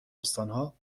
استانها